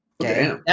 Okay